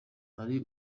hari